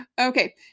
Okay